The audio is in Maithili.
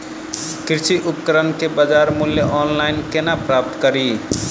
कृषि उपकरण केँ बजार मूल्य ऑनलाइन केना प्राप्त कड़ी?